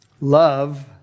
Love